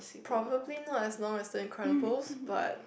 probably not as long as the Incredibles but